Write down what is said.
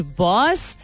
boss